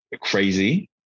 crazy